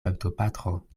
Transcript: baptopatro